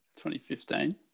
2015